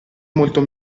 molto